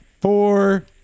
four